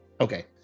Okay